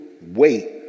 wait